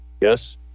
Yes